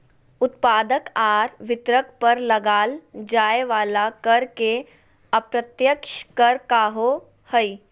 उत्पादक आर वितरक पर लगाल जाय वला कर के अप्रत्यक्ष कर कहो हइ